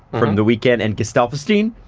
from the weekend and gesaffelstein.